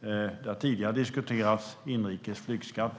existens. Man har tidigare diskuterat inrikes flygskatt.